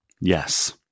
yes